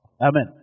Amen